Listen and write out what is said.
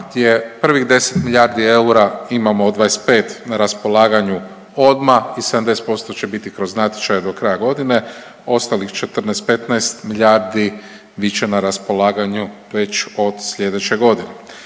prvih 10 milijardi eura imamo od 25 na raspolaganju odma i 70% će biti kroz natječaje do kraja godine, ostalih 14, 15 milijardi bit će na raspolaganju već od sljedeće godine.